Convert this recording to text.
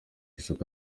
isoko